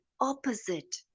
opposite